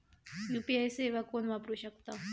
UPI सेवा कोण वापरू शकता?